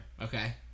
Okay